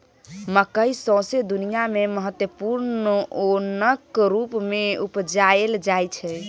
मकय सौंसे दुनियाँ मे महत्वपूर्ण ओनक रुप मे उपजाएल जाइ छै